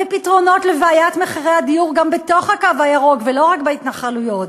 בפתרונות לבעיית מחירי הדיור גם בתוך הקו הירוק ולא רק בהתנחלויות.